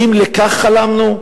האם על כך חלמנו?